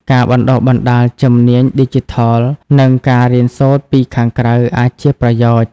ការបណ្ដុះបណ្ដាលជំនាញឌីជីថល និងការរៀនសូត្រពីខាងក្រៅអាចជាប្រយោជន៍។